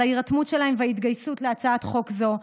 על ההירתמות שלהם וההתגייסות להצעת חוק זו.